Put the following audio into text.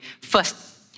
First